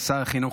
שר החינוך,